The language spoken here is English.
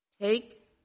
Take